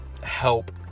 help